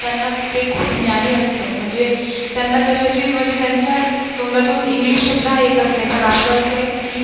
त्यांना ते खूप ज्ञानी असतं म्हणजे त्यांना कशाची म्हणजे त्यांच्या तोंडातून इंग्लिश शब्द हा येतच नाही पण आपलं असं आहे की